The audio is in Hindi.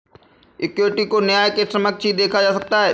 इक्विटी को न्याय के समक्ष ही देखा जा सकता है